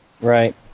Right